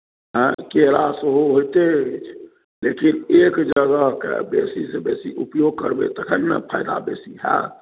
आँय केरा सेहो होइते अछि लेकिन एक जगहकेँ बेसीसँ बेसी उपयोग करबै तखन ने फायदा बेसी हैत